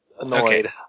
annoyed